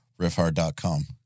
Riffhard.com